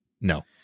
No